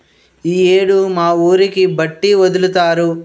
ఈ యేడు మా ఊరికి బట్టి ఒదులుతారు